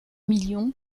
million